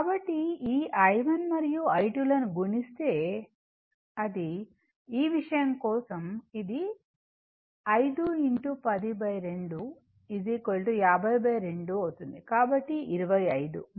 కాబట్టి ఈ i1 మరియు i2 లను గుణిస్తే అది ఈ విషయం కోసం ఇది 5102 502 అవుతుంది కాబట్టి 25 మరియు 0o 60o